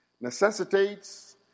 Necessitates